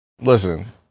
Listen